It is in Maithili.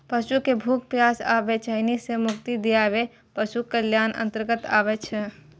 पशु कें भूख, प्यास आ बेचैनी सं मुक्ति दियाएब पशु कल्याणक अंतर्गत आबै छै